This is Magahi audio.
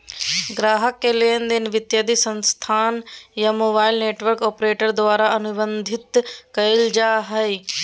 ग्राहक के लेनदेन वित्तीय संस्थान या मोबाइल नेटवर्क ऑपरेटर द्वारा अनुबंधित कइल जा हइ